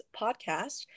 podcast